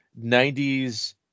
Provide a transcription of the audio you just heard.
90s